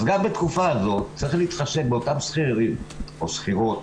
אז גם בתקופה זו צריך להתחשב באותם שכירים או שכירות